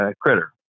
critter